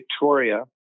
Victoria